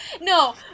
No